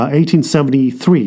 1873